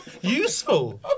Useful